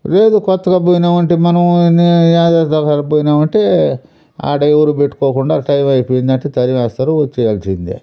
లేదు కొత్తగా పోయినామంటే మనము నే ఏడాదికి ఒకసారి పోయినామంటే ఆడ ఎవరు పెట్టుకోకుండా టైం అయిపోయింది అంటే తరిమేస్తారు వచ్చేయాల్సిందే